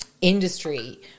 Industry